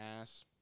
ass